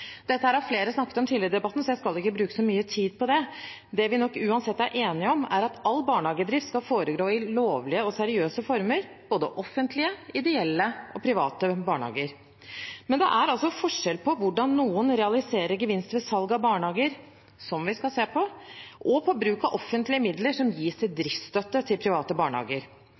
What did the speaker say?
Dette har flere snakket om tidligere i debatten, så jeg skal ikke bruke så mye tid på det. Det vi nok uansett er enige om, er at all barnehagedrift skal foregå i lovlige og seriøse former, både i offentlige, i ideelle og i private barnehager. Men det er forskjell på hvordan noen realiserer gevinst ved salg av barnehager – som vi skal se på – og bruk av offentlige midler som gis i driftsstøtte til private barnehager.